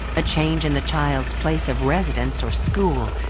a change in the child's place of residence or school,